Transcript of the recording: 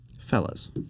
Fellas